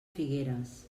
figueres